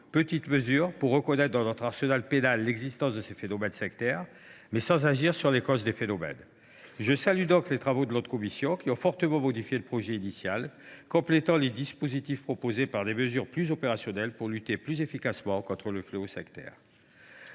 simplement à reconnaître au sein de notre arsenal pénal l’existence de ces phénomènes sectaires, sans agir sur les causes des phénomènes. Je salue donc les travaux de notre commission, qui ont fortement modifié le projet initial, en complétant les dispositifs proposés par des mesures plus opérationnelles destinées à lutter plus efficacement contre le fléau sectaire.